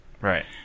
right